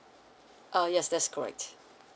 uh yes that's correct